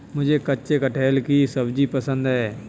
मुझे कच्चे कटहल की सब्जी पसंद है